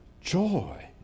Joy